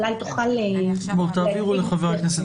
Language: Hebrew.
אולי היא תוכל להציג בפניכם.